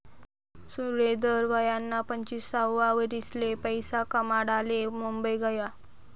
सुरेंदर वयना पंचवीससावा वरीसले पैसा कमाडाले मुंबई गया